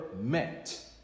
met